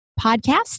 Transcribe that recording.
podcast